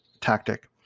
tactic